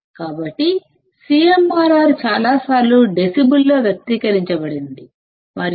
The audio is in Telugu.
కాబట్టి CMRR చాలా సార్లు డెసిబెల్లో వ్యక్తీకరించబడింది మరియు CMRR 20logAdAcm